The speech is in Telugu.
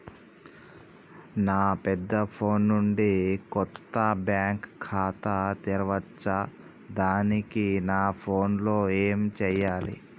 నా పెద్ద ఫోన్ నుండి కొత్త బ్యాంక్ ఖాతా తెరవచ్చా? దానికి నా ఫోన్ లో ఏం చేయాలి?